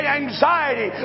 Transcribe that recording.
anxiety